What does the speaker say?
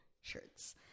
shirts